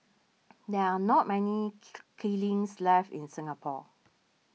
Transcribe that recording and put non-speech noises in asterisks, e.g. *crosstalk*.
there are not many *unintelligible* kilns left in Singapore